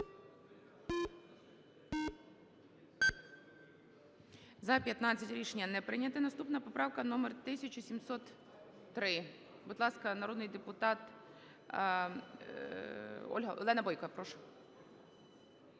За-15 Рішення не прийнято. Наступна поправка номер 1703. Будь ласка, народний депутат Олена Бойко. Прошу.